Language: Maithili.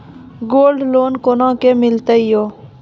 गोल्ड लोन कोना के मिलते यो?